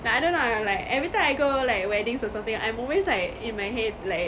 yeah I don't know I'm like everytime I go like weddings or something I'm always like in my head like